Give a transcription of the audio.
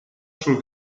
sul